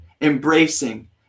embracing